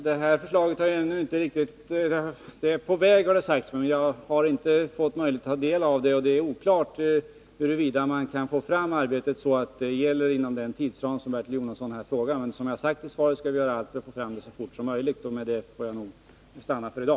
Fru talman! Utredningens förslag är på väg, har det sagts, men jag har ännu inte fått möjlighet att ta del av det. Det är oklart huruvida man kan få fram arbetet så att bestämmelserna kan gälla inom den tidsram som Bertil Jonasson frågar om, men som jag har sagt i svaret skall vi göra allt för att få fram ärendet så fort som möjligt, och mera kan jag nog inte säga i dag.